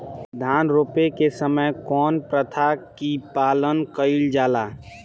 धान रोपे के समय कउन प्रथा की पालन कइल जाला?